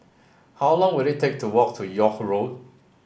how long will it take to walk to York Road